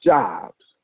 jobs